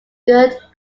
good